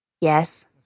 yes